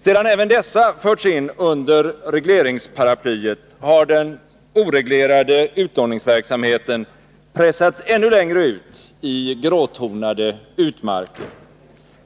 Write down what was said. Sedan även dessa förts in under regleringsparaplyet har den oreglerade utlåningsverksamheten pressats ännu längre ut i gråtonade utmarker.